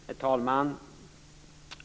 Herr talman!